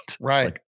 Right